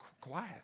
quiet